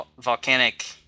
Volcanic